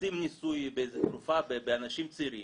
מבצעים ניסוי באיזה תרופה באנשים צעירים,